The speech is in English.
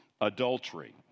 adultery